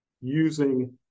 using